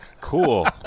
Cool